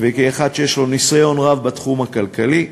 וכאחד שיש לו ניסיון רב בתחום הכלכלי.